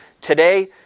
today